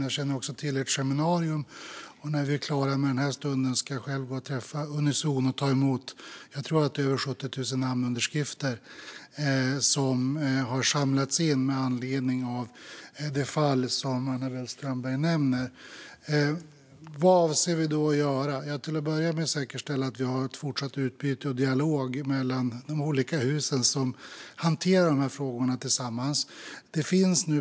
Jag känner också till ert seminarium, och när vi är klara här ska jag själv träffa Unizon och ta emot över 70 000 namnunderskrifter som har samlats in med anledning av det fall som Anna-Belle Strömberg nämnde. Vad avser vi att göra? Till att börja med ska vi säkerställa att vi har fortsatt utbyte och dialog mellan de olika hus som hanterar dessa frågor tillsammans.